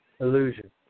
Illusion